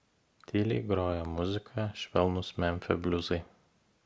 tyliai grojo muzika švelnūs memfio bliuzai